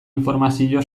informazio